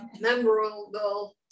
memorable